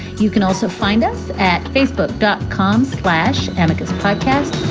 you can also find us at facebook dot com slash and podcast